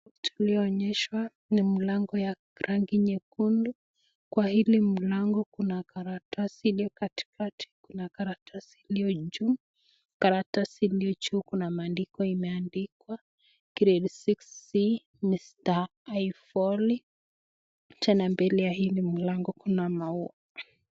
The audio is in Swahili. Tulioonyeshwa ni mlango wa rangi nyekundu, kwa hili mlango kuna karatasi iliyo katikati, kuna karatasi iliyo juu, karatasi iliyo juu kuna maandiko imeandikwa grade 6c Mister Ifoli tena mbele ya hili mlango kuna maua.